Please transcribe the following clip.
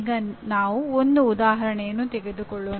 ಈಗ ನಾವು ಒಂದು ಉದಾಹರಣೆಯನ್ನು ತೆಗೆದುಕೊಳ್ಳೋಣ